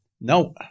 No